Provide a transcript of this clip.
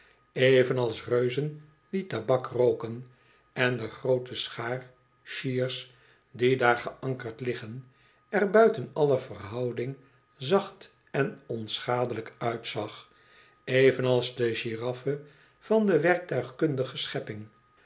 evenals reuzen die tabak rooken en de groote schaar shears die daar geankerd ligt er buiten alle verhouding zacht en onschadelijk uitzag evenals de giraffe van de werktuigkundige schepping